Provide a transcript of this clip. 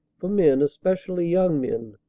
for men, especially young men,